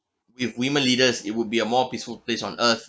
with women leaders it would be a more peaceful place on earth